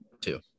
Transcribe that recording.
two